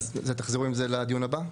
אז תחזרו עם זה לדיון הבא?